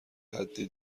حدی